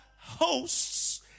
hosts